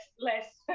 less